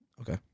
Okay